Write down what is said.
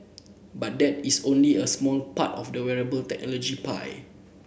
but that is only a smart part of the wearable technology pie